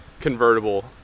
convertible